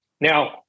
Now